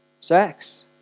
Sex